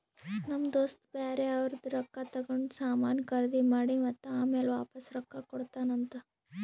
ನಮ್ ದೋಸ್ತ ಬ್ಯಾರೆ ಅವ್ರದ್ ರೊಕ್ಕಾ ತಗೊಂಡ್ ಸಾಮಾನ್ ಖರ್ದಿ ಮಾಡಿ ಮತ್ತ ಆಮ್ಯಾಲ ವಾಪಾಸ್ ರೊಕ್ಕಾ ಕೊಡ್ತಾನ್ ಅಂತ್